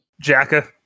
Jacka